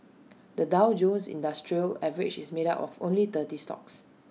the Dow Jones industrial average is made up of only thirty stocks